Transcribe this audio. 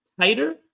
tighter